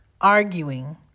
arguing